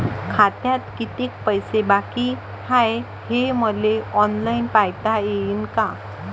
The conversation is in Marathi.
खात्यात कितीक पैसे बाकी हाय हे मले ऑनलाईन पायता येईन का?